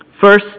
First